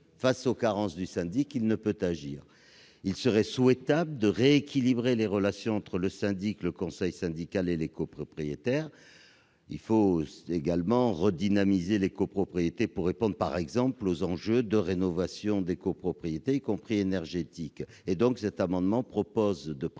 face aux carences du syndic. Il serait souhaitable de rééquilibrer les relations entre le syndic, le conseil syndical et les copropriétaires. Il faut également redynamiser les copropriétés pour répondre, par exemple, aux enjeux de rénovation des copropriétés, y compris de rénovation énergétique. Cet amendement prévoit